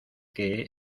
que